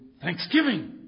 thanksgiving